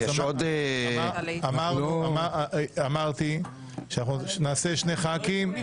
אני עובדת שנים ארוכות עם המ.מ.מ ועם הכנסת בכלל.